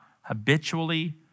habitually